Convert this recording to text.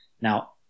Now